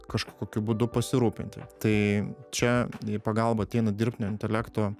kažkokiu būdu pasirūpinti tai čia į pagalbą ateina dirbtinio intelekto